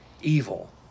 evil